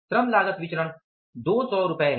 श्रम लागत विचरण 200 रुपये है